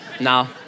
no